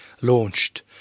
launched